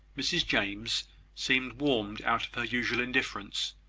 mrs james seemed warmed out of her usual indifference.